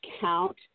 count